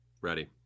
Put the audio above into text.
Ready